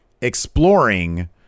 exploring